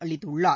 அளித்துள்ளார்